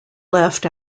left